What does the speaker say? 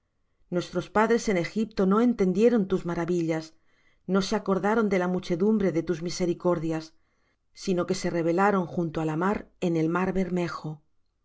nuestros padres en egipto no entendieron tus maravillas no se acordaron de la muchedumbre de tus misericordias sino que se rebelaron junto á la mar en el mar bermejo